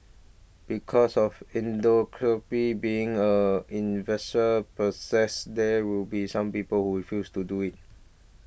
because of indoor copy being a possess there will be some people who refuse to do it